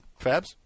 Fabs